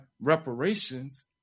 reparations